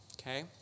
Okay